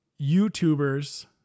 YouTubers